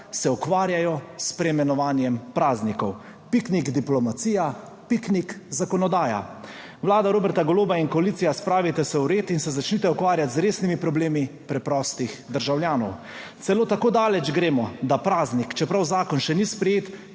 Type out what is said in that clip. se ukvarjajo s preimenovanjem praznikov. Piknik diplomacija, piknik zakonodaja. Vlada Roberta Goloba in koalicija, spravite se v red in se začnite ukvarjati z resnimi problemi preprostih državljanov. Celo tako daleč gremo, da praznik, čeprav zakon še ni sprejet,